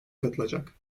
katılacak